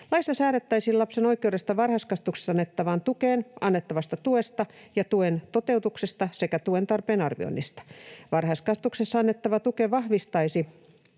Laissa säädettäisiin lapsen oikeudesta varhaiskasvatuksessa annettavaan tukeen ja tuen toteutuksesta sekä tuen tarpeen arvioinnista. Varhaiskasvatuksessa annettava tuki vahvistuisi